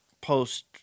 post